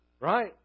Right